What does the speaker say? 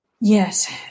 Yes